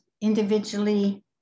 individually